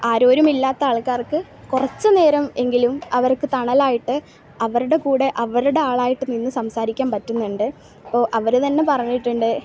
ആരോരുമില്ലാത്ത ആൾക്കാർക്ക് കുറച്ച് നേരം എങ്കിലും അവർക്ക് തണലായിട്ട് അവർടെ കൂടെ അവരുടെ ആളായിട്ട് നിന്ന് സംസാരിക്കാൻ പറ്റുന്നുണ്ട് അപ്പോൾ അവർ തന്നെ പറഞ്ഞിട്ടുണ്ട്